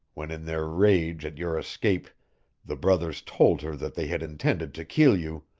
when in their rage at your escape the brothers told her that they had intended to kill you,